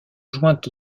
joint